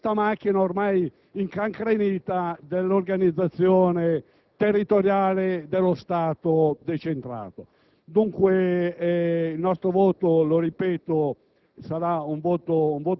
le esigenze della macchina ormai incancrenita dell'organizzazione territoriale dello Stato decentrato. Il nostro voto, lo ripeto,